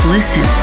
Listen